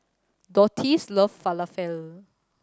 Dottie loves Falafel